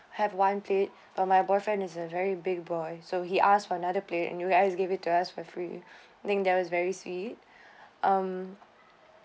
have one plate but my boyfriend is a very big boy so he asked for another plate and you guys give it to us for free I think that was very sweet um